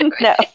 No